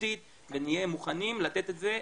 תרבותית ונהיה מוכנים לתת את זה,